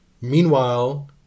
Meanwhile